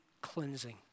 cleansing